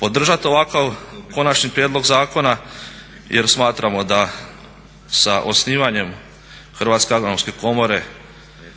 podržati ovakav konačni prijedlog zakona jer smatramo da sa osnivanjem Hrvatske agronomske komore